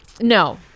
no